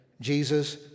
Jesus